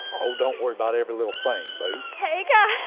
oh, don't worry about every little thing boo. hey guys.